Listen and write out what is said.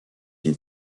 une